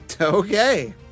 Okay